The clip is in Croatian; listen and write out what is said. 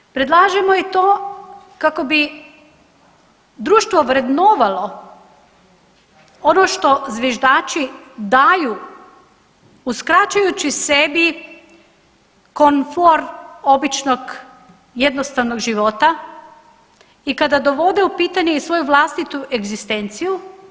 Drugo, predlažemo i to kako bi društvo vrednovalo ono što zviždači daju uskraćujući sebi komfor običnog jednostavnog života i kada dovode u pitanje svoju vlastitu egzistenciju.